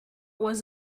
was